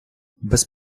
без